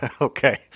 Okay